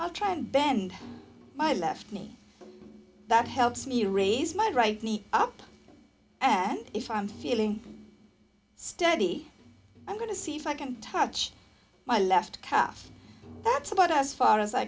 i'll try and bend my left knee that helps me raise my right knee up and if i'm feeling steady i'm going to see if i can touch my left calf that's about as far as i